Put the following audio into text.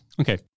Okay